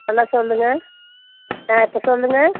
நல்லா சொல்லுங்கள் ஆ இப்போது சொல்லுங்கள்